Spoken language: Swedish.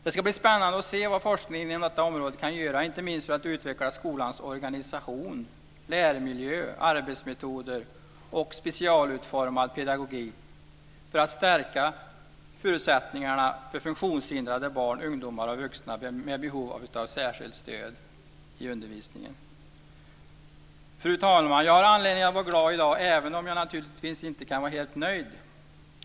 Det ska bli spännande att se vad forskningen inom detta område kan göra inte minst för att utveckla skolans organisation, läromiljö, arbetsmetoder och specialutformad pedagogik för att stärka förutsättningarna för funktionshindrade barn, ungdomar och vuxna med behov av särskilt stöd i undervisningen. Fru talman! Jag har anledning att vara glad i dag, även om jag naturligtvis inte kan vara helt nöjd.